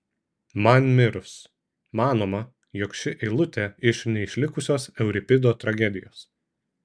man mirus manoma jog ši eilutė iš neišlikusios euripido tragedijos